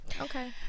Okay